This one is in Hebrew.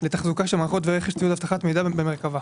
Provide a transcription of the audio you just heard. לתחזוקה של מערכות ורכש ציוד אבטחת מידע במרכב"ה.